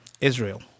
Israel